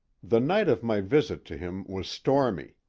the night of my visit to him was stormy.